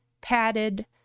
padded